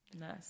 Nice